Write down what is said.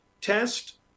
test